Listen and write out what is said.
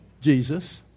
Jesus